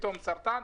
פתאום סרטן,